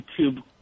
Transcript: YouTube